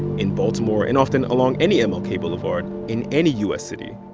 in baltimore and often along any and mlk boulevard in any u s. city.